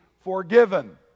forgiven